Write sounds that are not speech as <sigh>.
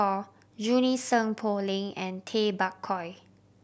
<unintelligible> Junie Sng Poh Leng and Tay Bak Koi